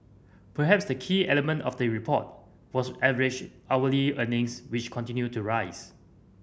perhaps the key element of the report was average hourly earnings which continued to rise